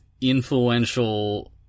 influential